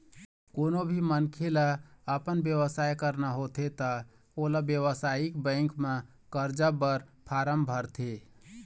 कोनो भी मनखे ल अपन बेवसाय करना होथे त ओला बेवसायिक बेंक म करजा बर फारम भरथे